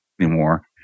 anymore